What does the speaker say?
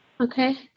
okay